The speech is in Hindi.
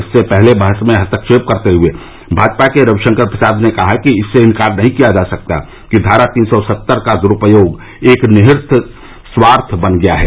इससे पहले बहस में हस्तक्षेप करते हुए भाजपा के रविशंकर प्रसाद ने कहा कि इससे इनकार नहीं किया जा सकता है कि धारा तीन सौ सत्तर का दुरुपयोग एक निहित स्वार्थ दन गया है